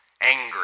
angry